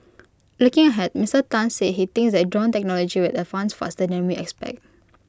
looking ahead Mister Tan said he thinks that drone technology will advance faster than we expect